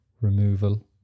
removal